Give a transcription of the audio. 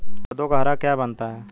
पौधों को हरा क्या बनाता है?